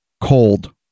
cold